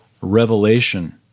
Revelation